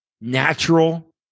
natural